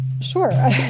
Sure